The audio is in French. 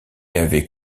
avaient